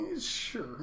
Sure